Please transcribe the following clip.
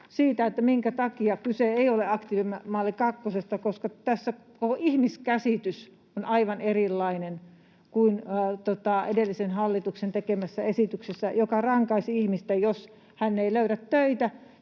minkä takia kyse ei ole aktiivimalli kakkosesta: tässä on ihmiskäsitys aivan erilainen kuin edellisen hallituksen tekemässä esityksessä, joka rankaisi ihmistä. Jos hän ei löytänyt töitä,